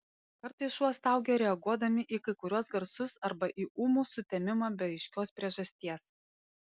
kartais šuo staugia reaguodami į kai kuriuos garsus arba į ūmų sutemimą be aiškios priežasties